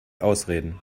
ausreden